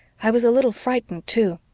i was a little frightened, too.